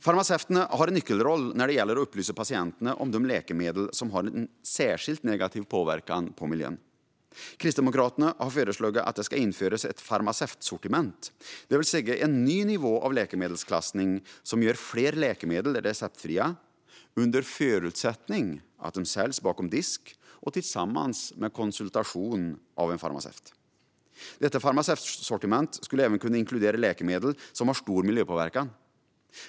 Farmaceuterna har en nyckelroll när det gäller att upplysa patienterna om de läkemedel som har särskilt negativ påverkan på miljön. Kristdemokraterna har föreslagit att det ska införas ett farmaceutsortiment, det vill säga en ny nivå av läkemedelsklassning som gör fler läkemedel receptfria under förutsättning att de säljs bakom disk och tillsammans med konsultation av farmaceut. Detta farmaceutsortiment skulle även kunna inkludera läkemedel som har stor miljöpåverkan.